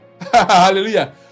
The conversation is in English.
Hallelujah